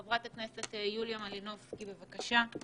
חברת הכנסת יוליה מלינובסקי, בבקשה.